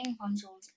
consoles